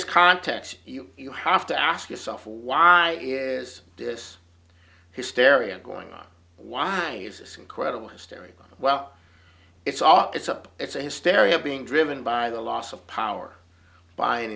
so context you you have to ask yourself why is this hysteria going on why is this incredible hysteria well it's all up it's up it's a hysteria being driven by the loss of power by an